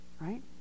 right